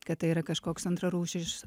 kad tai yra kažkoks antrarūšis